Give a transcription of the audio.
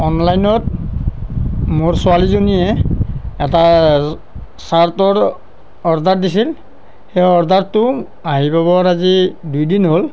অনলাইনত মোৰ ছোৱালীজনীয়ে এটা ছাৰ্টৰ অৰ্ডাৰ দিছিল সেই অৰ্ডাৰটো আহি পাবৰ আজি দুইদিন হ'ল